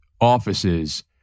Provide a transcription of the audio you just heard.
offices